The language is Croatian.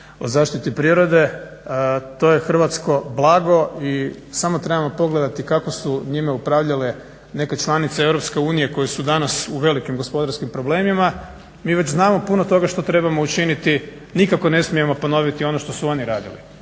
zaštiti prirode. To je hrvatsko blago i samo trebamo pogledati kako su njime upravljale neke članice EU koje su danas u velikim gospodarskim problemima. Mi već znamo puno toga što trebamo učiniti, nikako ne smijemo ponoviti ono što su oni radili.